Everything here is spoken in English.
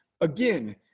Again